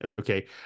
okay